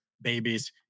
babies